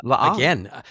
Again